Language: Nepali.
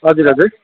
हजुर हजुर